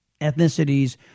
ethnicities